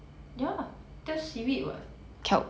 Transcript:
ya that's seaweed [what]